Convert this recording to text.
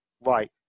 right